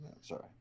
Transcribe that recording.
Sorry